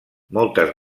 moltes